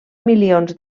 milions